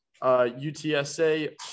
UTSA